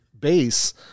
base